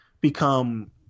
become